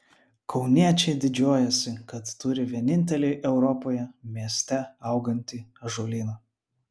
kauniečiai didžiuojasi kad turi vienintelį europoje mieste augantį ąžuolyną